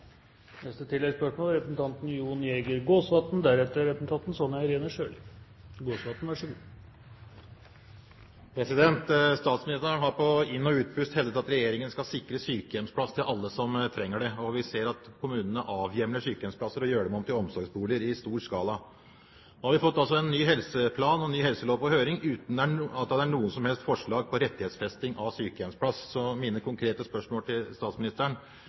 Jon Jæger Gåsvatn – til oppfølgingsspørsmål. Statsministeren har på inn- og utpust hevdet at regjeringen skal sikre sykehjemsplass til alle som trenger det. Vi ser at kommunene i stor skala avhjemler sykehjemsplasser og gjør dem om til omsorgsboliger. Nå har vi fått en ny helseplan og en ny helselov til høring, uten noe som helst forslag om rettighetsfesting av sykehjemsplass. Mine konkrete spørsmål til statsministeren